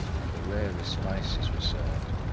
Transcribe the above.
and the rarest spices were served